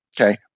Okay